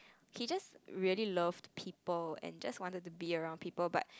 he just really loved people and just wanted to be around people but